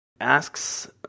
asks